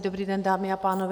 Dobrý den, dámy a pánové.